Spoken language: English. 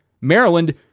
Maryland